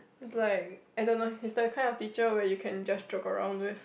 is like I don't know he is the kind of teacher where you can just joke around with